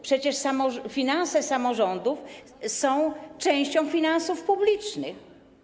Przecież finanse samorządów są częścią finansów publicznych.